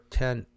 ten